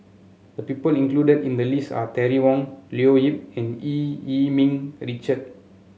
the people included in the list are Terry Wong Leo Yip and Eu Yee Ming Richard